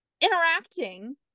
interacting